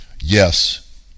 yes